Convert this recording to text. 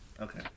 Okay